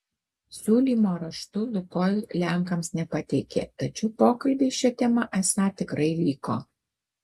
siūlymo raštu lukoil lenkams nepateikė tačiau pokalbiai šia tema esą tikrai vyko